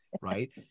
Right